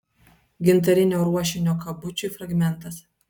gintarinio ruošinio kabučiui fragmentas